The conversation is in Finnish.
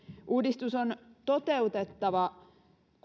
uudistus on toteutettava